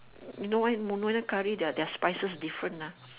you know why nyonya curry their their spices different ah